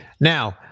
now